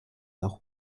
auch